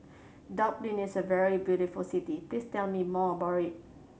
Dublin is a very beautiful city please tell me more about it